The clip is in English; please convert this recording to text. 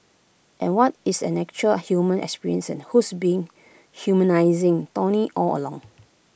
and what is an actual human experience and who's been humanising tony all along